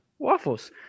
waffles